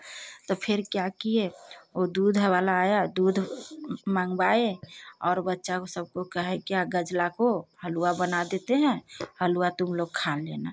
तो फिर क्या किए वह दूध वाला आया दूध मँगवाए और बच्चा सबको कहे क्या गजला का हलवा बना देते हैं हलवा तुम लोग खा लेना